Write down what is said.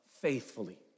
faithfully